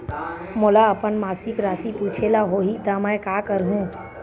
मोला अपन मासिक राशि पूछे ल होही त मैं का करहु?